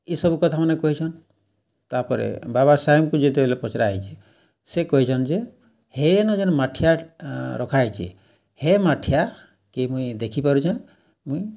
ଇସବୁ କଥା ମାନେ କହିଛନ୍ ତା'ର୍ପରେ ବାବା ସାହେବ୍ଙ୍କୁ ଯେତେବେଲେ ପଚ୍ରା ହେଇଛେ ସେ କହିଛନ୍ ଯେ ହେ ଯେନ୍ ମାଠିଆଟା ହେନ ରଖାହେଇଛେ ହେ ମାଠିଆକେ ମୁଇଁ ଦେଖିପାରୁଛେଁ ମୁଇଁ